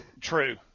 True